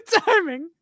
Timing